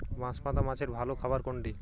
বাঁশপাতা মাছের ভালো খাবার কোনটি?